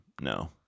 No